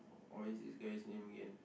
what is this guy's name again